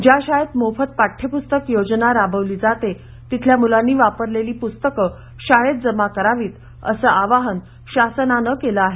ज्या शाळेत मोफत पाठ्यप्स्तक योजना राबवली जाते तिथल्या मुलांनी वापरलेली पुस्तके शाळेत जमा करावीत असं आवाहन शासनानं केलं आहे